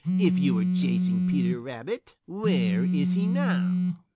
if you were chasing peter rabbit, where is he now?